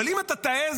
אבל אם אתה תעז,